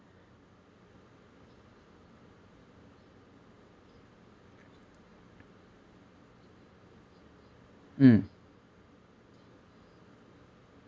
mm